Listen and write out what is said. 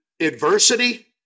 adversity